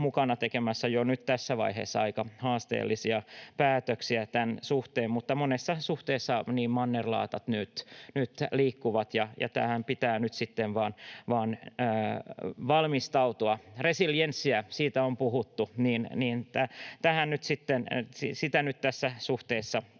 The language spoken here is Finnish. mukana tekemässä jo nyt tässä vaiheessa aika haasteellisia päätöksiä tämän suhteen. Monessa suhteessa mannerlaatat liikkuvat, ja tähän pitää nyt sitten vain valmistautua. Resilienssiä — siitä on puhuttu — tässä suhteessa